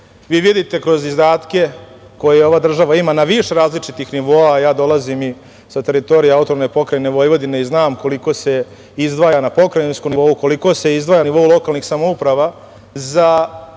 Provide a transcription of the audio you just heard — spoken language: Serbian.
Vi vidite kroz izdatke koje ova država ima na više različitih nivoa, ja dolazim sa teritorije AP Vojvodine i znam koliko se izdvaja na pokrajinskom nivou, koliko se izdvaja na nivou lokalnih samouprava za